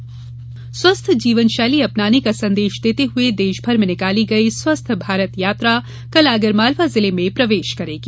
स्वस्थ यात्रा स्वस्थ जीवन शैली अपनाने का संदेश देते हुए देशभर में निकाली गई स्वस्थ भारत यात्रा कल आगरमालवा जिले में प्रवेश करेगी